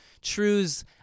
Truths